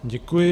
Děkuji.